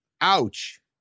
Ouch